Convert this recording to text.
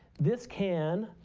this can,